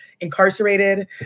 incarcerated